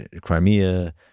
Crimea